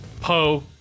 Poe